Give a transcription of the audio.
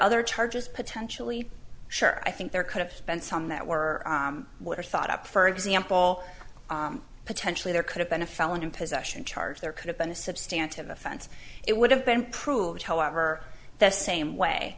other charges potentially sure i think there could have spent some that were what i thought up for example potentially there could have been a felon in possession charge there could have been a substantial offense it would have been proved however the same way